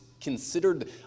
considered